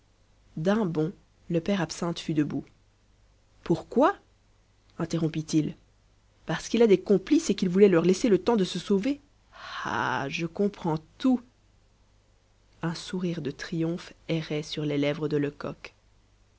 d'un bond le père absinthe fut debout pourquoi interrompit-il parce qu'il a des complices et qu'il voulait leur laisser le temps de se sauver ah je comprends tout un sourire de triomphe errait sur les lèvres de lecoq